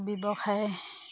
ব্যৱসায়